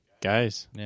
guys